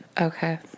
Okay